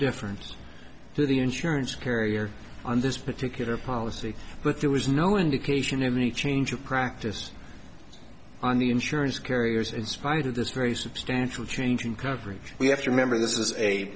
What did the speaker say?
difference to the insurance carrier on this particular policy but there was no indication of any change of practice on the insurance carriers and spite of this very substantial change in coverage we have to remember this is a